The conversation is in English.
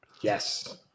Yes